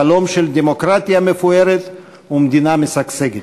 חלום של דמוקרטיה מפוארת ומדינה משגשגת.